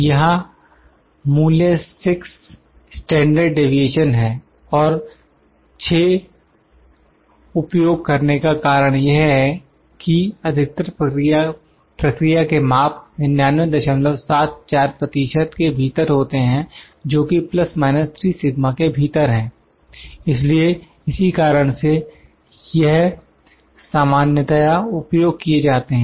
यहां मूल्य 6 standard deviation है और 6 उपयोग करने का कारण यह है कि अधिकतर प्रक्रिया के माप 9974 प्रतिशत के भीतर होते हैं जो कि ±3 σ के भीतर हैं इसलिए इसी कारण से यह सामान्यतया उपयोग किए जाते हैं